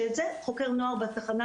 שאת זה חוקר נוער בתחנה,